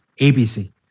ABC